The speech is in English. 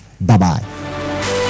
Bye-bye